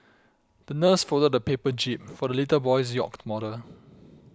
the nurse folded a paper jib for the little boy's yacht model